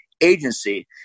Agency